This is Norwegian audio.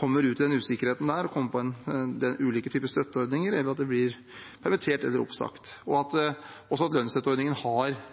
blir utsatt for den usikkerheten, og kommer på ulike typer støtteordninger istedenfor å bli permittert eller oppsagt, og at også lønnsstøtteordningen har